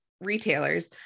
retailers